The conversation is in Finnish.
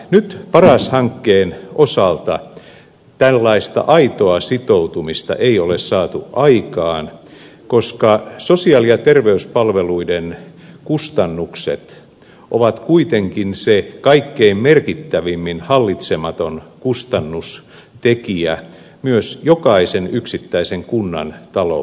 nyt paras hankkeen osalta tällaista aitoa sitoutumista ei ole saatu aikaan koska sosiaali ja terveyspalveluiden kustannukset ovat kuitenkin se kaikkein merkittävimmin hallitsematon kustannustekijä myös jokaisen yksittäisen kunnan taloudessa